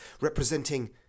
representing